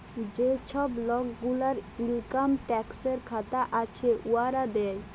যে ছব লক গুলার ইলকাম ট্যাক্সের খাতা আছে, উয়ারা দেয়